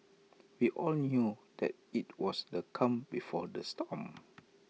we all knew that IT was the calm before the storm